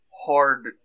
hard